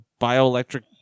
bioelectric